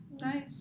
Nice